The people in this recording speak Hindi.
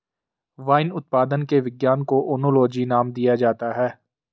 वाइन उत्पादन के विज्ञान को ओनोलॉजी नाम दिया जाता है